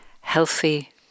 Healthy